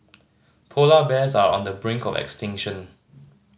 polar bears are on the brink of extinction